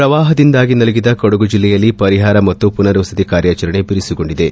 ಪ್ರವಾಹದಿಂದಾಗಿ ನಲುಗಿದ ಕೊಡಗು ಜಿಲ್ಲೆಯಲ್ಲಿ ಪರಿಷಾರ ಮತ್ತು ಪುನರ್ವಸತಿ ಕಾರ್ಯಾಚರಣೆ ಬಿರುಸುಗೊಂಡಿದೆ